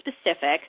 specific